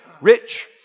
rich